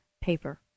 paper